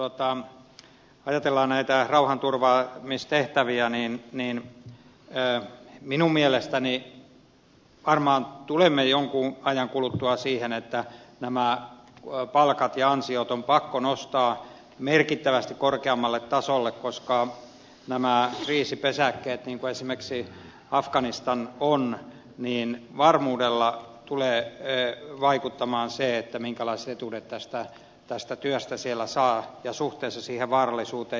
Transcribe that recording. kun ajatellaan näitä rauhanturvaamistehtäviä minun mielestäni varmaan tulemme jonkin ajan kuluttua siihen että palkat ja ansiot on pakko nostaa merkittävästi korkeammalle tasolle koska nämä kriisipesäkkeet niin kuin esimerkiksi afganistan on varmuudella tulevat vaikuttamaan siihen minkälaiset etuudet tästä työstä saa ja suhteessa siihen vaarallisuuteen